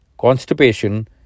constipation